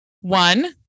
one